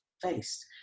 faced